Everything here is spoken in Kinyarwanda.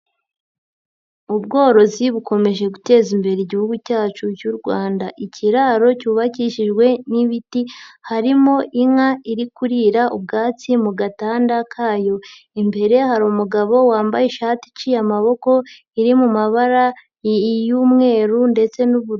Ubworozi bukomeje guteza imbere Igihugu cyacu cy'u Rwanda, ikiraro cyubakishijwe n'ibiti harimo inka iri kurira ubwatsi mu gatanda kayo, imbere hari umugabo wambaye ishati iciye amaboko, iri mu mabara y'umweru ndetse n'ubururu.